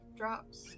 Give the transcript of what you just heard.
drops